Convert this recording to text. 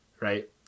right